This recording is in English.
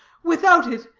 without it,